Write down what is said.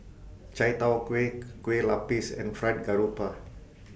Chai Tow Kuay Kueh Lapis and Fried Garoupa